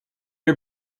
are